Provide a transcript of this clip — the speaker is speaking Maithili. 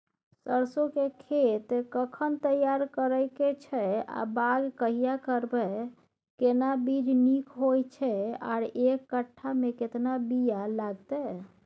सरसो के खेत कखन तैयार करै के छै आ बाग कहिया करबै, केना बीज नीक होय छै आर एक कट्ठा मे केतना बीया लागतै?